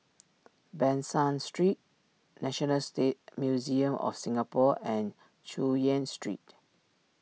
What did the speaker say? Ban San Street National stay Museum of Singapore and Chu Yen Street